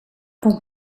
komt